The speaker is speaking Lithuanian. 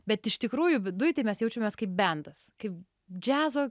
bet iš tikrųjų viduj tai mes jaučiamės kaip bendas kaip džiazo